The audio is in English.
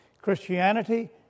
Christianity